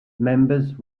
members